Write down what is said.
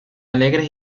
alegres